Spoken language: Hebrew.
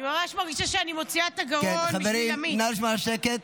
חברים, נא לשמור על השקט.